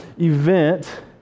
event